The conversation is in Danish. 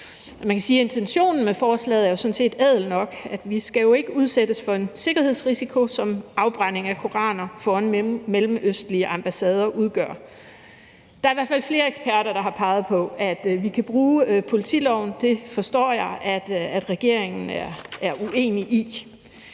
Man kan sige, at intentionen med forslaget jo sådan set er ædel nok, nemlig at vi ikke skal udsættes for den sikkerhedsrisiko, som afbrænding af koraner foran mellemøstlige ambassader udgør. Her er der i hvert fald flere eksperter, der har peget på, at vi kan bruge politiloven, og det forstår jeg at regeringen er uenig i.